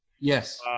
Yes